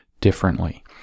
differently